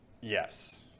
Yes